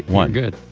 one good.